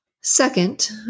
Second